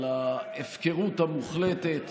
על ההפקרות המוחלטת